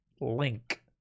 link